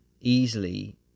easily